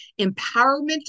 Empowerment